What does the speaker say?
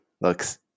looks